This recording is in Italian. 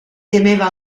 temeva